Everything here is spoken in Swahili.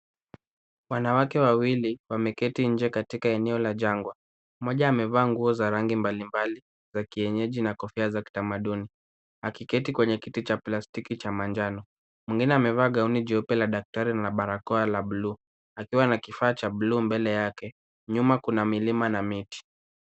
Wanawake wawili wameketi nje katika eneo la jangwa. Mmoja amevaa nguo za rangi mbalimbali za kienyeji na kofia za kitamaduni akiketi kwenye kiti cha plastiki cha manjano. Mwingine amevaa gauni jeupe la daktari, barakoa la buluu akiwa na kifaa cha buluu mbele yake. Nyuma kuna milima na miti.